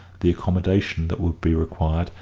the accommodation that would be required,